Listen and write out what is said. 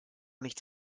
nichts